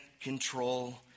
control